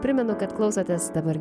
primenu kad klausotės dabar